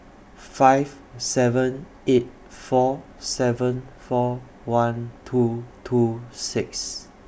five seven eight four seven four one two two six